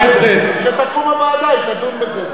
כשתקום הוועדה היא תדון בזה.